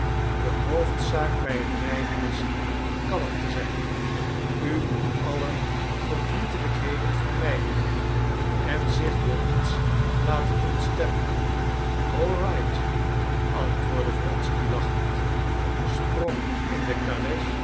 de hoofdzaak bij het rijden is kalm te zijn u moet alle verdrietelijkheden vermijden en zich door niets laten ontstemmen all right antwoordde wronsky lachend sprong in de